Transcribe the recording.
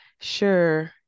Sure